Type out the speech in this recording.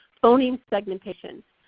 phoneme segmentation,